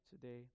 today